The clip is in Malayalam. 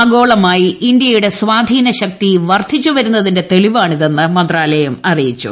ആഗോളമായി ഇന്ത്യയുടെ സ്വാധീനശക്തി വർദ്ധിച്ചുവരുന്നതിന്റെ തെളിവാണ്ണിതെന്ന് മന്ത്രാലയം അറിയിച്ചു